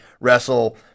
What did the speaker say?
wrestle